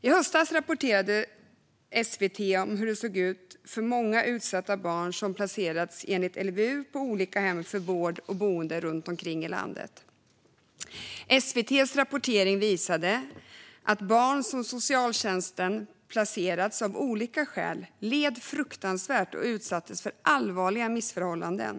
I höstas rapporterade SVT om hur det såg ut för många utsatta barn som placerats enligt LVU på olika hem för vård och boende runt omkring i landet. SVT:s rapportering visade att barn som socialtjänsten av olika skäl placerat led fruktansvärt och utsattes för allvarliga missförhållanden.